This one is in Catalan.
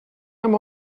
amb